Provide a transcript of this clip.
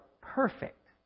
perfect